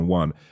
one